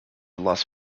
las